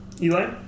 Eli